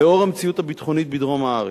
לנוכח המציאות הביטחונית בדרום הארץ,